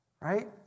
Right